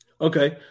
Okay